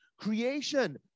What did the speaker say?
Creation